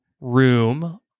room